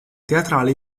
teatrale